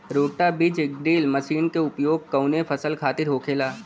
रोटा बिज drill machine के उपयोग कऊना फसल खातिर होखेला?